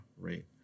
rate